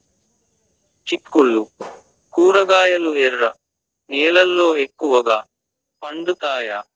చిక్కుళ్లు కూరగాయలు ఎర్ర నేలల్లో ఎక్కువగా పండుతాయా